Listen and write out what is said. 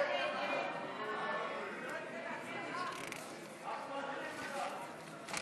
ההצעה להסיר מסדר-היום את הצעת חוק זכויות החולה (תיקון,